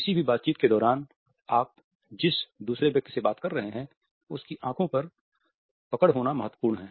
किसी भी बातचीत के दौरान आप जिस दूसरे व्यक्ति से बात कर रहे हैं उसकी आंखों पर पकड़ होना महत्वपूर्ण है